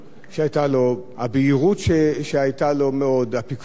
הבהירות שהיתה לו, מאוד, הפיקחות,